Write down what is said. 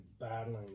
battling